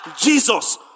Jesus